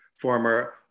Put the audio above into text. former